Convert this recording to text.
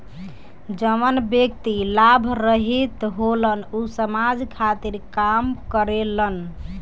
जवन व्यक्ति लाभ रहित होलन ऊ समाज खातिर काम करेलन